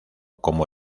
como